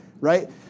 right